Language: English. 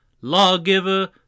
Lawgiver